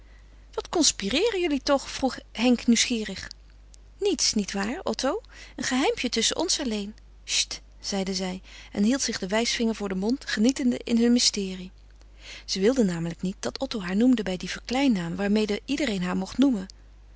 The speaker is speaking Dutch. wat conspireeren jullie toch vroeg henk nieuwsgierig niets nietwaar otto een geheimpje tusschen ons alleen cht zeide zij en hield zich den wijsvinger voor den mond genietende in hun mysterie zij wilde namelijk niet dat otto haar noemde bij den verkleinnaam waarmede iedereen haar mocht noemen